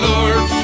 Lord